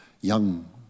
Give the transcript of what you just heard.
young